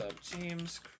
James